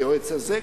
היועץ הזה.